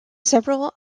several